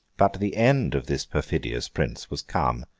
but the end of this perfidious prince was come.